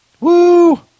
Woo